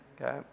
Okay